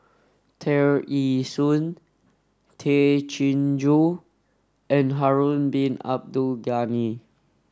Tear Ee Soon Tay Chin Joo and Harun bin Abdul Ghani